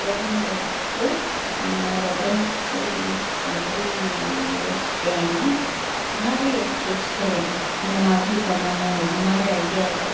ஓவியங்களுக்கு நான் ரெஃபரென்ஸை எப்படி யோசிப்பேனா முன்னாடியே யோசித்து வைச்சிக்கிருவேன் இந்த மாதிரி பண்ணணும் இந்த மாதிரி ஐடியா